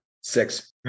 Six